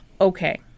Okay